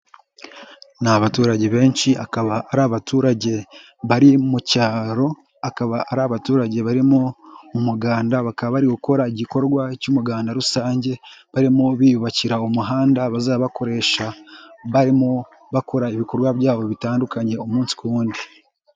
Ni abaturage benshi, akaba ari abaturage bari mu cyaro, akaba ari abaturage barimo umuganda, bakaba bari gukora igikorwa cy'umuganda rusange, barimo biyubakira umuhanda bazaba bakoresha barimo bakora ibikorwa byabo bitandukanye umunsi ku wundi.